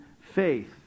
faith